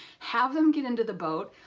have them get into the boat,